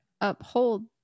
uphold